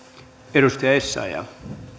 arvoisa puhemies